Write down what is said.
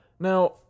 Now